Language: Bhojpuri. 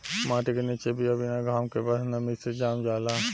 माटी के निचे बिया बिना घाम के बस नमी से जाम जाला